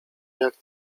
jak